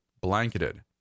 blanketed